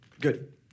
good